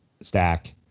stack